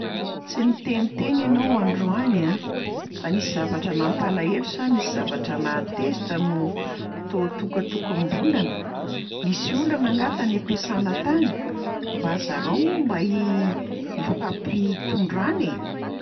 “Tsy niteniteny ianao androany a! Fa nisy zavatra nampalahelo sa nisy zavatra nahatezitra no toa tokatokam-bolana? Nisy olana anga tany am-piasana tany? Mba zarao moa mba i- ifampitondrana e!”